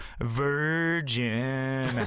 virgin